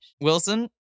Wilson